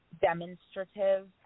demonstrative